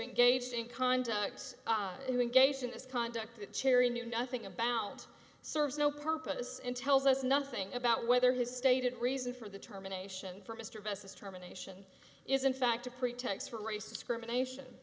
engaged in conduct who engaged in this conduct that cherry knew nothing about serves no purpose and tells us nothing about whether his stated reason for the terminations for mr best terminations is in fact a pretext for race discrimination